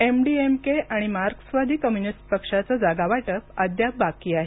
MDMK आणि मार्क्सवादी communist पक्षाचं जागा वाटप अद्याप बाकी आहे